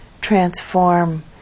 transform